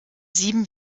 sieben